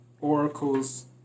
Oracle's